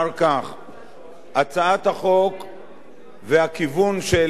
הצעת החוק והכיוון שאליה היא חותרת